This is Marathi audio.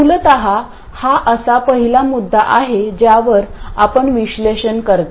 मूलत हा असा पहिला मुद्दा आहे ज्यावर आपण विश्लेषण करता